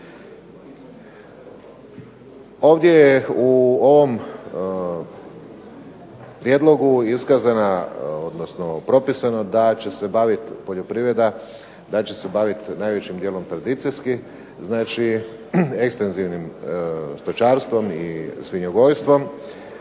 Ovdje je u ovom Prijedlogu iskazana, odnosno propisano da će se baviti poljoprivreda tradicijski, znači ekstenzivnim stočarstvom i svinjogojstvom,